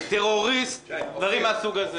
"טרוריסט" דברים מהסוג הזה.